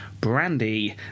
brandy